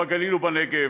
בגליל ובנגב,